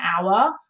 hour